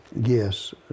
yes